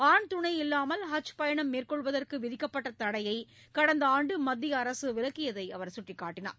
ஆண் துணையில்லாமல் ஹஜ் பயணம் மேற்கொள்வதற்கு விதிக்கப்பட்ட தடையை கடந்த ஆண்டு மத்திய அரசு விலக்கியதை அவர் சுட்டிக்காட்டினார்